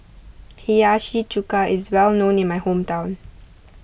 Hiyashi Chuka is well known in my hometown